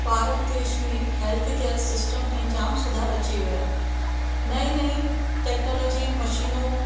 भारत देश में health care system में जामु सुधारु अची वियो आहे नईं नईं टेक्नोलॉजी मशिनूं